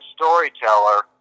storyteller